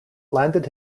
landed